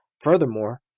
Furthermore